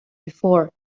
before